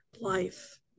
life